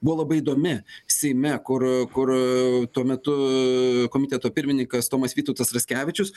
buvo labai įdomi seime kur kur tuo metu komiteto pirmininkas tomas vytautas raskevičius